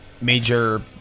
major